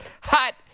Hot